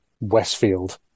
Westfield